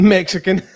Mexican